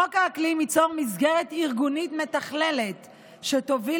חוק האקלים ייצור מסגרת ארגונית מתכללת שתוביל